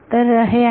तर हे आहे